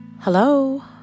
Hello